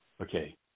okay